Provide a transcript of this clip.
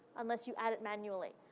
unless you add it manually.